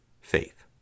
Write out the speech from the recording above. faith